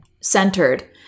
centered